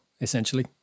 essentially